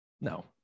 No